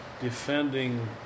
defending